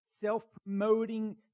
self-promoting